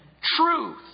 truth